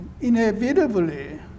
inevitably